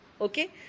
Okay